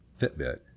Fitbit